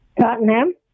Tottenham